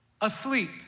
Asleep